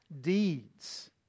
deeds